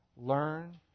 learn